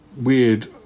weird